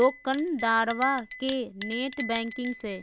दोकंदारबा के net banking से